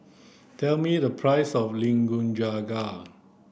tell me the price of Nikujaga